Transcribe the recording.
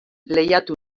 lehiatu